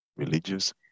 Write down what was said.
religious